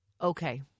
Okay